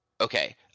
Okay